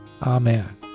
Amen